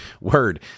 word